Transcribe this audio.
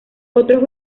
otros